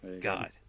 God